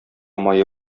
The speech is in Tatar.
мае